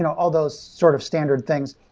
yeah all those sort of standard things.